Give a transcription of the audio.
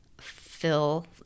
fill